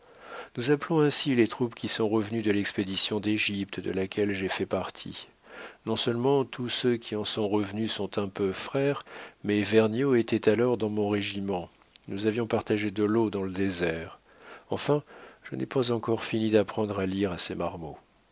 nous appelons ainsi les troupiers qui sont revenus de l'expédition d'égypte de laquelle j'ai fait partie non-seulement tous ceux qui en sont revenus sont un peu frères mais vergniaud était alors dans mon régiment nous avions partagé de l'eau dans le désert enfin je n'ai pas encore fini d'apprendre à lire à ses marmots